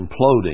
imploding